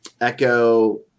Echo